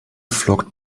flockt